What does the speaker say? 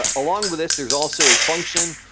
ah along with this, there's also a function,